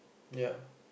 ya